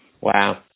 Wow